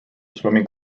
swimming